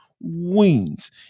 wings